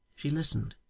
she listened.